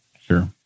Sure